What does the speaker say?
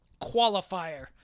qualifier